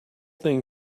thing